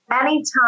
anytime